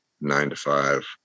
nine-to-five